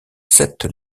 sept